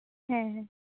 ᱦᱮᱸ ᱦᱮᱸ